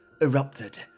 erupted